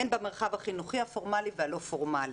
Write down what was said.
הן במרחב החינוכי הפורמלי והלא פורמלי.